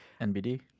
NBD